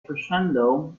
crescendo